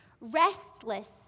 restless